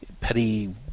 petty